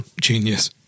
Genius